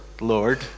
Lord